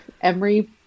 Emery